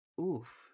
oof